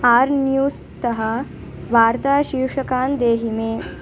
R न्यूस्तः वार्ताशीर्षकान् देहि मे